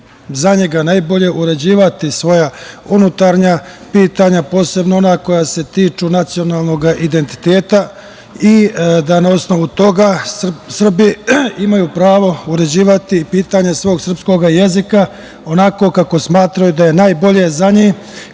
za njega najbolje uređivati svoja unutrašnja pitanja, posebno ona koja se tiču nacionalnog identiteta i da na osnovu toga Srbi imaju pravo uređivati pitanje svog srpskog jezika onako kako smatraju da je najbolje za njih,